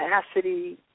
capacity